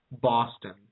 Boston